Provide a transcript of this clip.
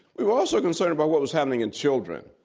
we were also concerned about what was happening in children.